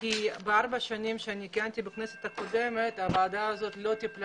כי בארבע השנים שאני כיהנתי בכנסת הקודמת הוועדה הזאת לא טיפלה